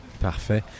Parfait